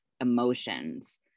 emotions